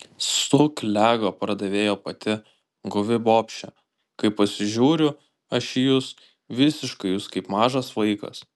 suklego pardavėjo pati guvi bobšė kai pasižiūriu aš į jus visiškai jūs kaip mažas vaikas